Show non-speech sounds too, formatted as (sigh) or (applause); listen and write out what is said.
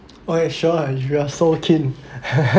oh ya sure if you are so keen (laughs)